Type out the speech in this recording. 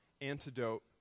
antidote